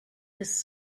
his